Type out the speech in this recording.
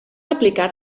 aplicar